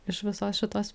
iš visos šitos